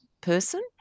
person